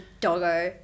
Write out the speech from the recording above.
doggo